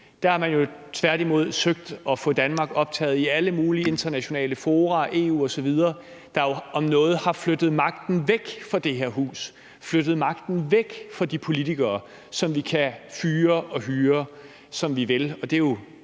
Man har jo tværtimod søgt at få Danmark optaget i alle mulige internationale fora, EU osv., der jo om noget har flyttet magten væk fra det her hus, flyttet magten væk fra de politikere, som vi kan fyre og hyre, som vi vil.